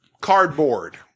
cardboard